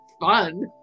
fun